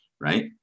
Right